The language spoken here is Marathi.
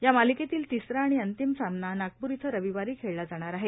या मालिकेतील तिसरा आणि अंतिम सामना नागपूर इथं रविवारी खेळला जाणार आहे